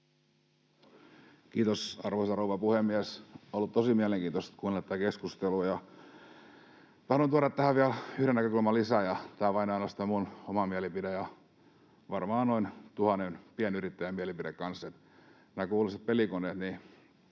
Kiitos, arvoisa rouva puhemies! On ollut tosi mielenkiintoista kuunnella tätä keskustelua. Minä haluan tuoda tähän vielä yhden näkökulman lisää — tämä on vain ja ainoastaan minun oma mielipiteeni ja varmaan noin tuhannen pienyrittäjän mielipide kanssa — näistä kuuluisista pelikoneista.